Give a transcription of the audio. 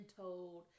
told